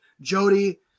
Jody